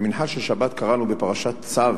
במנחה של שבת קראנו בפרשת צו: